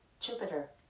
Jupiter